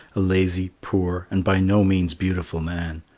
a lazy, poor, and by no means beautiful man.